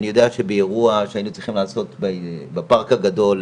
ואני יודע שבאירוע שהיינו צריכים לעשות בפארק הגדול,